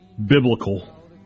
Biblical